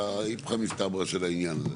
את האיפכא מסתברא של העניין הזה.